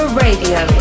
radio